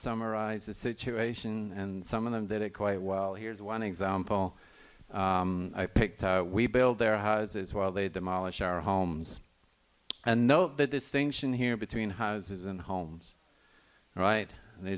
summarize the situation and some of them did it quite well here's one example i picked we build their houses while they demolish our homes and know the distinction here between houses and homes right the